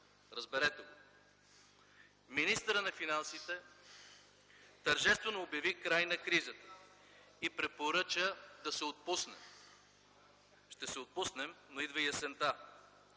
Разберете го! Министърът на финансите тържествено обяви край на кризата и препоръча да се отпуснем. Ще се отпуснем, но идва и есента!